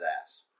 ass